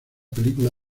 película